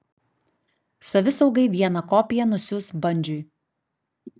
savisaugai vieną kopiją nusiųs bandžiui